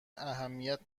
اهمیت